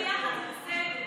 שהליכוד לא יהיו כל הזמן,